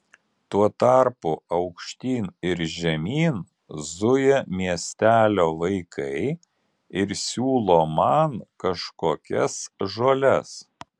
tuo tarpu aukštyn ir žemyn zuja miestelio vaikai ir siūlo man kažkokias žoles